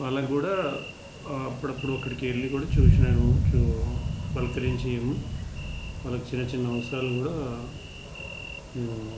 వాళ్ళకి కూడా అప్పుడప్పుడు అక్కడికి వెళ్ళి కూడా చూసినాము చూ పలకరించాము వాళ్ళకి చిన్న చిన్న అవసరాలు కూడా మేము